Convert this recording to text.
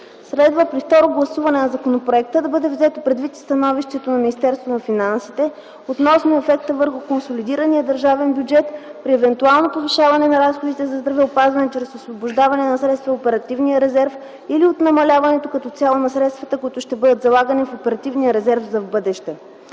Следва при второто гласуване на законопроекта да бъде взето предвид и становището на Министерството на финансите относно ефекта върху консолидирания държавен бюджет при евентуално повишаване на разходите за здравеопазване чрез освобождаване на средства от оперативния резерв или от намаляването като цяло на средствата, които ще бъдат залагани в оперативния резерв за в бъдеще.